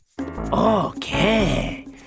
Okay